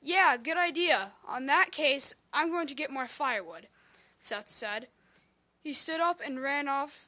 yeah good idea on that case i'm going to get more firewood so outside he stood up and ran off